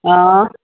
অঁ